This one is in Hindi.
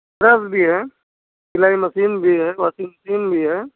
प्रेस भी है सिलाई मशीन भी है वाशिंग मशीन भी है